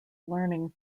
learning